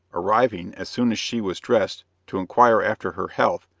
arriving as soon as she was dressed to inquire after her health,